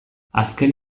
azken